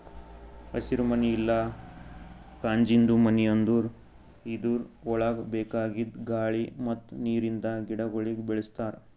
ಹಸಿರುಮನಿ ಇಲ್ಲಾ ಕಾಜಿಂದು ಮನಿ ಅಂದುರ್ ಇದುರ್ ಒಳಗ್ ಬೇಕಾಗಿದ್ ಗಾಳಿ ಮತ್ತ್ ನೀರಿಂದ ಗಿಡಗೊಳಿಗ್ ಬೆಳಿಸ್ತಾರ್